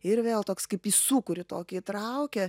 ir vėl toks kaip į sūkurį tokį įtraukia